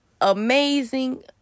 amazing